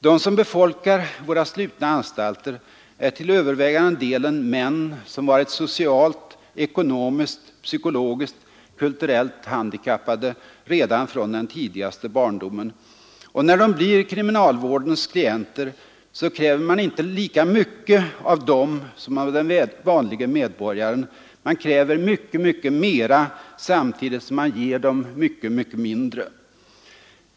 De som befolkar våra slutna anstalter är till övervägande delen män som varit socialt, ekonomiskt, psykologiskt och kulturellt handikappade redan från den tidigaste barndomen. Och när de blir kriminalvårdens klienter kräver man inte lika mycket av dem som av den vanlige medborgaren. Man kräver mycket, mycket mera, samtidigt som man ger dem mycket, mycket mindre.